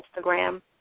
Instagram